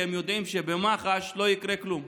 כי הם יודעים שבמח"ש לא יקרה כלום.